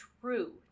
true